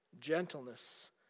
gentleness